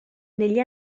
negli